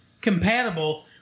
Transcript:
compatible